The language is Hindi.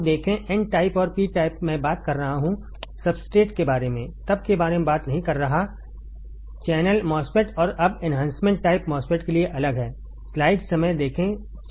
तो देखें n टाइप और P टाइप मैं बात कर रहा हूं सब्सट्रेट के बारे में तब के बारे में बात नहीं कर रहा है चैनल MOSFET और अब एन्हांसमेंट टाइप MOSFET के लिए अलग है